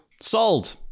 Sold